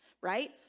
right